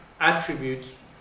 attributes